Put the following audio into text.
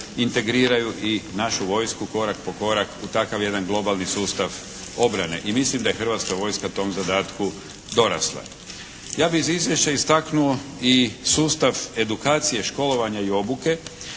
integriraju našu vojsku korak po korak u takav jedan globalni sustav obrane. I mislim da je hrvatska vojska tom zadatku dorasla. Ja bih iz izvješća istaknuo i sustav edukacije, školovanja i obuke